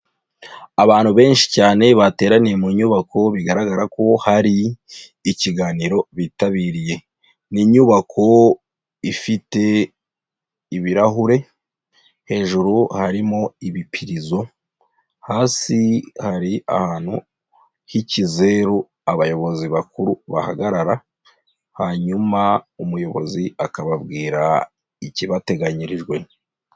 Abantu benshi cyane bateraniye mu nyubako bigaragara ko hari ikiganiro bitabiriye, n'inyubako ifite ibirahure, hejuru harimo ibipirizo, hasi hari ahantu h'ikizeru abayobozi bakuru bahagarara, hanyuma umuyobozi akababwira ikibateganyirijwe.